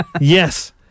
Yes